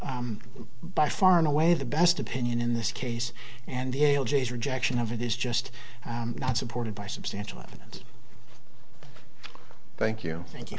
by far and away the best opinion in this case and the l g s rejection of it is just not supported by substantial evidence thank you thank you